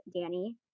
Danny